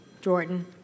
Jordan